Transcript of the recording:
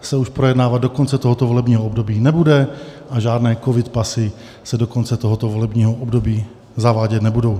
se už projednávat do konce tohoto volebního období nebude a žádné covid pasy se do konce tohoto volebního období zavádět nebudou.